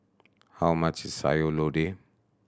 how much is Sayur Lodeh